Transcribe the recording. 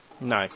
No